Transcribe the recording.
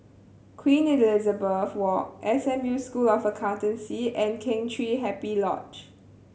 Queen Elizabeth Walk S M U School of Accountancy and Kheng Chiu Happy Lodge